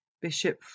Bishop